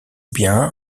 bien